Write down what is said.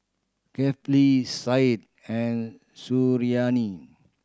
Kefli Said and Suriani